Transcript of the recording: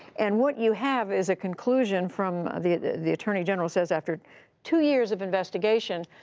and what you have is a conclusion from the the attorney general, says, after two years of investigation,